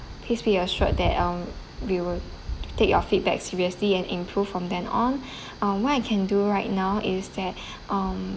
please be assured that um we will take your feedback seriously and improved from then on uh what I can do right now is that um